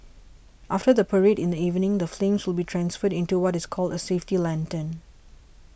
after the parade in the evening the flames will be transferred into what is called a safety lantern